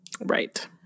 Right